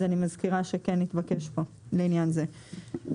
אז אני מזכירה שכן התבקש פה לעניין זה.